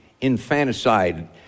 infanticide